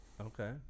Okay